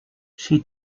she